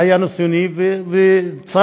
והיה ניסיוני וצלח,